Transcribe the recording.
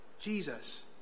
Jesus